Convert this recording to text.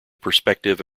perspective